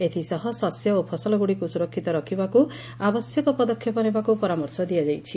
ଏଥିସହ ଶସ୍ୟ ଓ ଫସଲଗୁଡ଼ିକୁ ସୁରକ୍ଷିତ ରଖିବାକୁ ଆବଶ୍ୟକ ପଦକ୍ଷେପ ନେବାକୁ ପରାମର୍ଶ ଦିଆଯାଇଛି